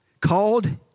called